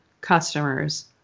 customers